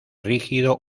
rígido